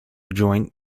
joint